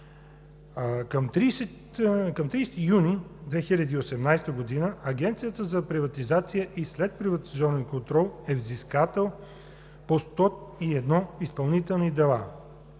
Към 30 юни 2018 г. Агенцията за приватизация и следприватизационен контрол е взискател по 101 изпълнителни дела,